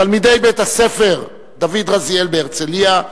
תלמידי בית-הספר דוד רזיאל בהרצלייה,